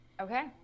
Okay